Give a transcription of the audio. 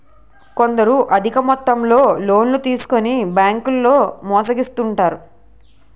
కొందరు అధిక మొత్తంలో లోన్లు తీసుకొని బ్యాంకుల్లో మోసగిస్తుంటారు